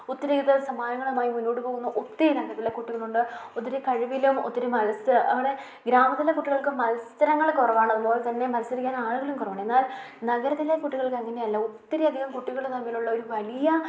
ഒത്തിരിവിധ സമാനങ്ങളുമായി മുന്നോട്ട് പോകുന്ന ഒത്തിരി നഗരത്തിലെ കുട്ടികളുണ്ട് ഒത്തിരി കഴിവിലും ഒത്തിരി മത്സര അവിടെ ഗ്രാമത്തിലെ കുട്ടികൾക്ക് മത്സരങ്ങൾ കുറവാണ് അതുപോലെത്തന്നെ മത്സരിക്കാൻ ആളുകളും കുറവാണ് എന്നാൽ നഗരത്തിലെ കുട്ടികൾക്ക് അങ്ങനെയല്ല ഒത്തിരിെയധികം കുട്ടികൾ തമ്മിലുള്ള ഒരു വലിയ